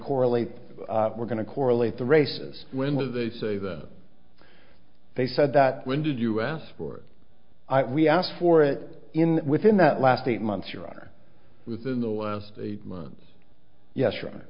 correlate we're going to correlate the races when will they say that they said that when did you ask for it i we asked for it in within that last eight months or within the last eight months yes right